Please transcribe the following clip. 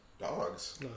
dogs